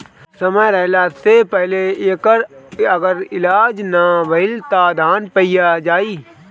समय रहला से पहिले एकर अगर इलाज ना भईल त धान पइया जाई